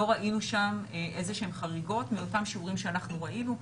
לא ראינו שם איזשהן חריגות מאותם שיעורים שאנחנו ראינו.